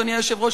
אדוני היושב-ראש,